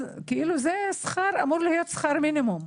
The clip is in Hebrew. זה אמור להיות שכר מינימום,